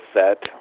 set